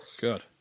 good